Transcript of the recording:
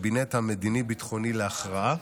בקבינט המדיני-ביטחוני להכרעה.